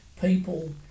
people